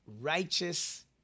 righteous